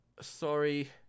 sorry